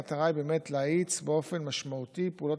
המטרה היא באמת להאיץ באופן ניכר פעולות